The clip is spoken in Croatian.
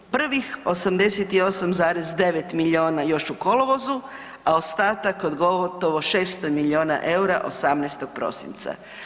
Prvih 88,9 miliona još u kolovozu, a ostatak od gotovo 600 miliona EUR-a 18. prosinca.